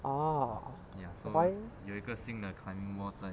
oh fine